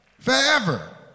Forever